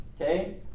okay